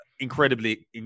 incredibly